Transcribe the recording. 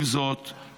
עם זאת,